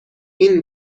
این